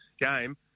game